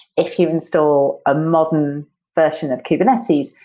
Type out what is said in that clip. if you install a modern version of kubernetes,